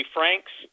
Franks